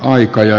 herra puhemies